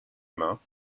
main